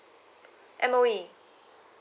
M_O_E